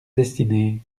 destinée